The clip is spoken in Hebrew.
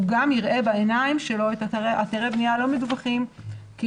הוא גם יראה בעיניים שלו אתרי בנייה לא מדווחים כי